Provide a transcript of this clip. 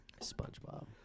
SpongeBob